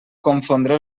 confondre